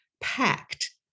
packed